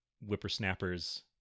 whippersnappers